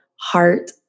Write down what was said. heart